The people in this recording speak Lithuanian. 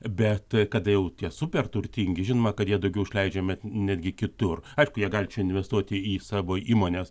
bet kada jau tie super turtingi žinoma kad jie daugiau išleidžiame netgi kitur aišku jie gali čia investuoti į savo įmones